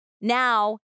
Now